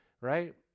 right